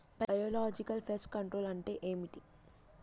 Biological pest control అంటే ఏమిటి?